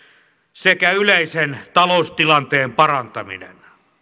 sekä yleisen taloustilanteen parantaminen